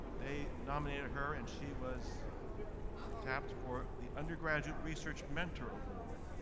they nominated her, and she was tapped for the undergraduate research mentor award.